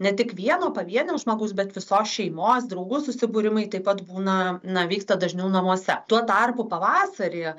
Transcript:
ne tik vieno pavienio žmogaus bet visos šeimos draugų susibūrimai taip pat būna na vyksta dažniau namuose tuo tarpu pavasarį